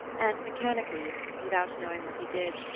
and mechanically, without knowing what he did,